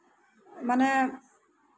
ᱢᱟᱱᱮ